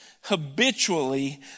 habitually